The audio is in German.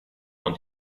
und